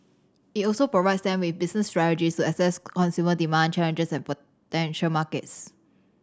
it also provides them with business strategies to assess consumer demand challenges and potential markets